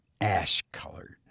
ash-colored